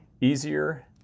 easier